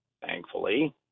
thankfully